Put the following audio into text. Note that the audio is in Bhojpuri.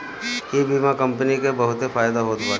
इ बीमा कंपनी के बहुते फायदा होत बाटे